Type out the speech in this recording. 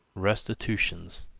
restitution,